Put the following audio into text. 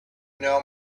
know